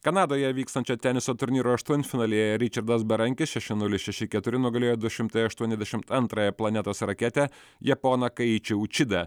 kanadoje vykstančio teniso turnyro aštuntfinalyje ričardas berankis šeši nulis šeši keturi nugalėjo du šimtai aštuoniasdešim antrąją planetos raketę japoną kaiči učidą